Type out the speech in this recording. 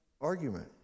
argument